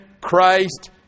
Christ